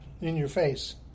in-your-face